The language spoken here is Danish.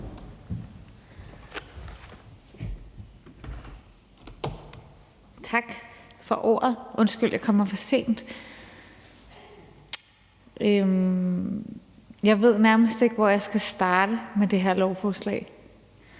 Tak for ordet. Undskyld jeg kommer for sent. Jeg ved nærmest ikke, hvor jeg skal starte med det her lovforslag.